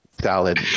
salad